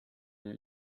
oli